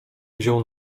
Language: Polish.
wziął